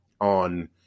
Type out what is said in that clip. on